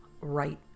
right